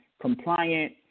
compliant